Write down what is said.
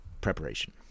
preparation